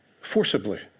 Forcibly